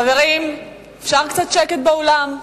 חברים, אפשר קצת שקט באולם?